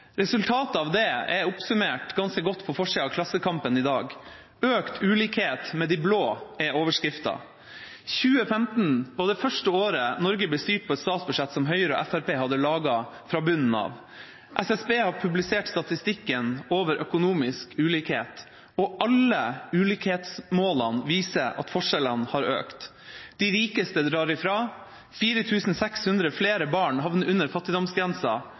Resultatet av det er oppsummert ganske godt på forsida av Klassekampen i dag: «Økt ulikhet med de blå» er overskriften. 2015 var det første året Norge ble styrt av et statsbudsjett som Høyre og Fremskrittspartiet hadde laget fra bunnen av. SSB har publisert statistikken over økonomisk ulikhet, og alle ulikhetsmålene viser at forskjellene har økt. De rikeste drar ifra. 4 600 flere barn havner under